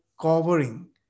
covering